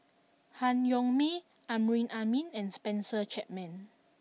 Han Yong May Amrin Amin and Spencer Chapman